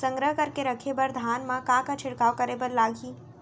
संग्रह करके रखे बर धान मा का का छिड़काव करे बर लागही?